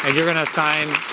ah you're going to sign.